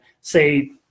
say